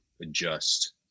adjust